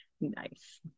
Nice